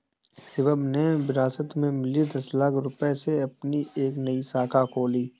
शिवम ने विरासत में मिले दस लाख रूपए से अपनी एक नई शाखा खोली